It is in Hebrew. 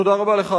תודה רבה לך.